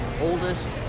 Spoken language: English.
oldest